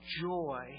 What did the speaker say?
Joy